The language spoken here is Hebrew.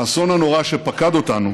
האסון הנורא שפקד אותנו